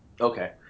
Okay